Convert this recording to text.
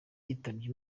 yitabye